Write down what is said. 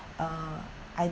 uh I